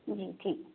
جی ٹھیک